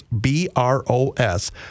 b-r-o-s